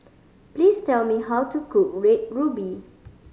please tell me how to cook Red Ruby